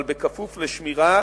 אבל בכפוף לשמירה